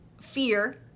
fear